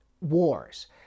wars